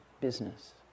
business